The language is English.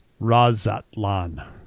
Razatlan